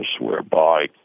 whereby